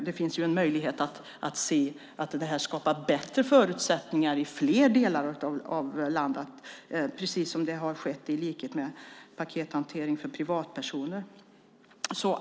Det finns en möjlighet att detta skapar bättre förutsättningar i fler delar av landet, i likhet med vad som har skett med pakethantering för privatpersoner.